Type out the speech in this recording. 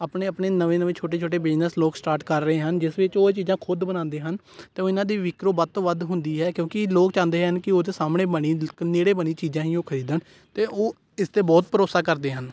ਆਪਣੇ ਆਪਣੇ ਨਵੇਂ ਨਵੇਂ ਛੋਟੇ ਛੋਟੇ ਬਿਜ਼ਨਸ ਲੋਕ ਸਟਾਰਟ ਕਰ ਰਹੇ ਹਨ ਜਿਸ ਵਿੱਚ ਉਹ ਚੀਜ਼ਾਂ ਖੁਦ ਬਣਾਉਂਦੇ ਹਨ ਅਤੇ ਉਹ ਇਹਨਾਂ ਦੀ ਵਿਕਰੋ ਵੱਧ ਤੋਂ ਵੱਧ ਹੁੰਦੀ ਹੈ ਕਿਉਂਕਿ ਲੋਕ ਚਾਹੁੰਦੇ ਹਨ ਕਿ ਉਹ ਜੋ ਸਾਹਮਣੇ ਬਣੀ ਨੇੜੇ ਬਣੀ ਚੀਜ਼ਾਂ ਹੀ ਉਹ ਖਰੀਦਣ ਅਤੇ ਉਹ ਇਸ 'ਤੇ ਬਹੁਤ ਭਰੋਸਾ ਕਰਦੇ ਹਨ